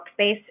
workspace